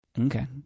Okay